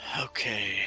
Okay